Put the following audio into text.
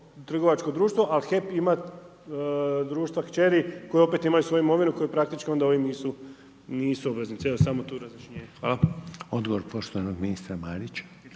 trgovačko društvo, ali HEP ima društva kćeri koje opet imaju svoju imovinu koji praktički onda ovi nisu obveznici. Evo, samo to razjašnjenje. Hvala.